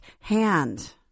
hand